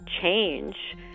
change